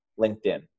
LinkedIn